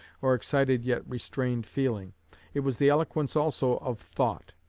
or excited yet restrained feeling it was the eloquence also of thought.